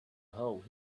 hold